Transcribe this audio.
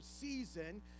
season